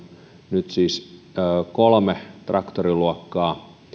nyt kolme traktoriluokkaa